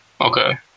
okay